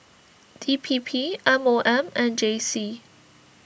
D P P M O M and J C